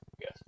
Yes